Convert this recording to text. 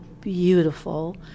beautiful